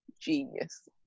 genius